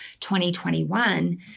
2021